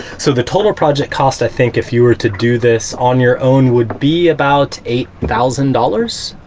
so the total project cost i think if you were to do this on your own would be about eight thousand dollars,